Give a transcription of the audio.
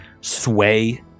sway